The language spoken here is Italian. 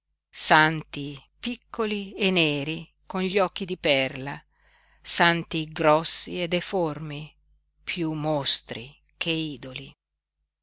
santi piccoli e neri con gli occhi di perla santi grossi e deformi piú mostri che idoli